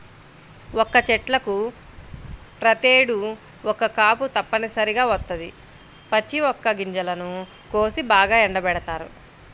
వక్క చెట్లకు ప్రతేడు ఒక్క కాపు తప్పనిసరిగా వత్తది, పచ్చి వక్క గింజలను కోసి బాగా ఎండబెడతారు